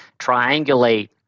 triangulate